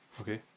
Okay